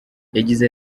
yagize